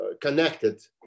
connected